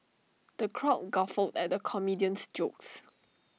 the crowd guffawed at the comedian's jokes